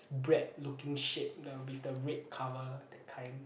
bread looking shape the with the red cover that kind